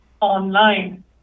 online